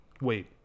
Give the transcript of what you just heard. Wait